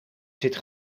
zit